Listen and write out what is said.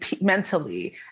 mentally